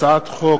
הצעת חוק